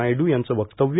नायड यांचं वक्तव्य